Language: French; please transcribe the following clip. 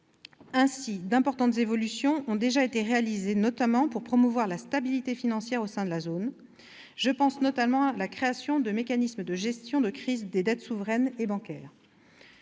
Ainsi, d'importantes évolutions ont déjà été réalisées, notamment pour promouvoir la stabilité financière au sein de la zone- je pense notamment à la création de mécanismes de gestion de crises des dettes souveraines et bancaires.